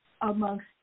amongst